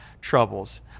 troubles